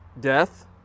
death